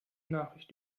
nachricht